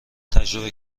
تجربه